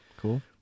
Cool